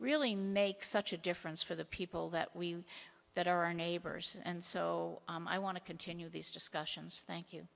really make such a difference for the people that we that are our neighbors and so i want to continue these discussions thank you